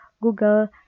Google